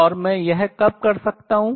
और मैं यह कब कर सकता हूँ